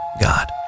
God